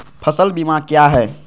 फ़सल बीमा क्या है?